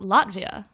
Latvia